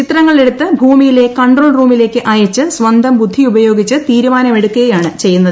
ചിത്രങ്ങളെടുത്ത് ഭൂമിയിലെ കൺട്രോൺ റൂമിലേക്ക് അയച്ച് സ്വന്തം ബുദ്ധി ഉപയോഗിച്ച് തീരുമാനം എടുക്കുകയുമാണ് ചെയ്യുന്നത്